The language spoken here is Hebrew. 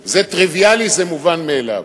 קולגיאלי, זה טריוויאלי, זה מובן מאליו.